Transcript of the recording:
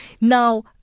Now